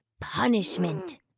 punishment